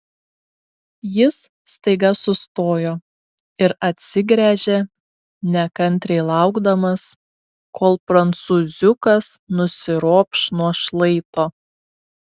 jis staiga sustojo ir atsigręžė nekantriai laukdamas kol prancūziukas nusiropš nuo šlaito